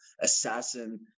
assassin